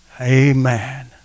Amen